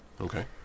okay